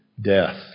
death